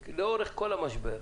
לאורך כל המשבר,